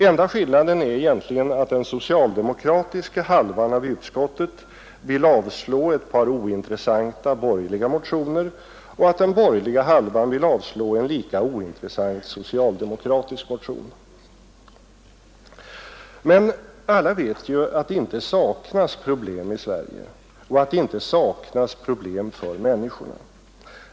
Enda skillnaden är egentligen att den socialdemokratiska halvan av utskottet vill avslå ett par ointressanta borgerliga motioner och att den borgerliga halvan vill avslå en lika ointressant socialdemokratisk motion. Men alla vet att det inte saknas problem i Sverige och att det inte saknas problem för människorna.